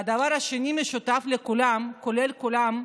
והדבר השני המשותף הוא לכולם כולל כולם,